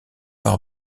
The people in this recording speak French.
par